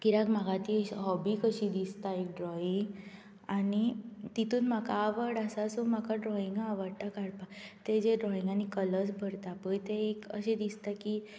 कित्याक म्हाका ती हॉबी कशी दिसता ड्रोइंग आनी तितूंत म्हाका आवड आसा सो म्हाका ड्रोइंगा आवडटा काडपाक ते जे ड्रोइंगानी कलर्स भरता पळय ते दिसतकीर